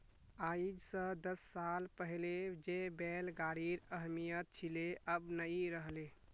आइज स दस साल पहले जे बैल गाड़ीर अहमियत छिले अब नइ रह ले